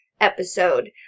episode